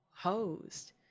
hosed